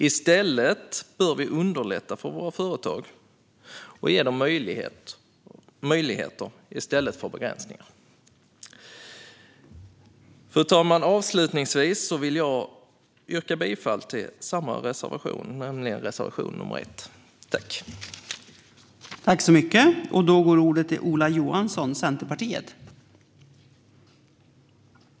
I stället bör vi underlätta för våra företag och ge dem möjligheter, inte begränsningar. Fru talman! Avslutningsvis vill jag yrka bifall till samma reservation som föregående talare, nämligen reservation 1.